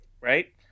Right